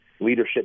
Leadership